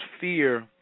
fear